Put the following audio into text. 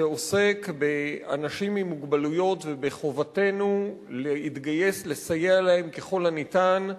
שעוסק באנשים עם מוגבלויות ובחובתנו להתגייס לסייע להם ככל הניתן,